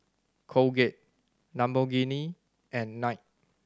Colgate Lamborghini and Knight